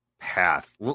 path